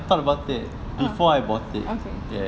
oh okay